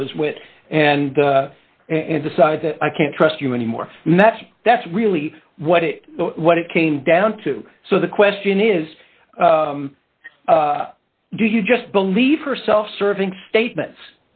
mother's wit and and decide that i can't trust you anymore and that's that's really what it what it came down to so the question is do you just believe her self serving statements